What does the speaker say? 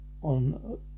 on